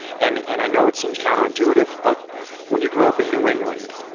and and i know it seems counterintuitive but when you grow up in new england,